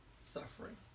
suffering